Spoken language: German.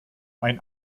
ein